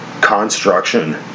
construction